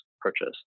purchase